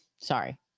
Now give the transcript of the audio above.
Sorry